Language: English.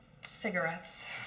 cigarettes